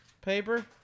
Paper